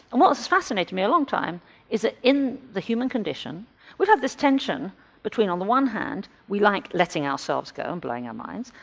and what has fascinated me a long time is that in the human condition we have this tension between on the one hand we like letting ourselves go and blowing our minds,